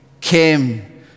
came